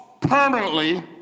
permanently